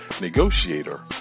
Negotiator